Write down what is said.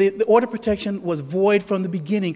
the order protection was void from the beginning